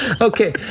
okay